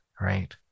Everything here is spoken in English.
right